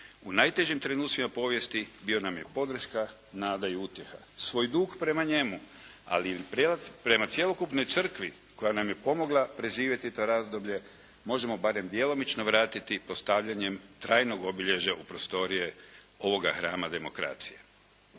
U najtežim trenucima povijesti bio nam je podrška, nada i utjeha. Svoj duh prema njemu, ali i prema cjelokupnoj crkvi koja nam je pomogla preživjeti to razdoblje, možemo barem djelomično vratiti postavljanjem trajnog obilježja u prostorije ovoga hrama demokracije.